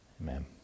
Amen